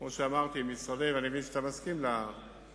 כמו שאמרתי, ואני מבין שאתה מסכים לתיאום.